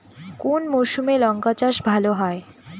কোন মরশুমে লঙ্কা চাষ ভালো হয়?